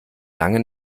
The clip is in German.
lange